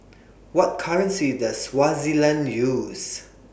What currency Does Swaziland use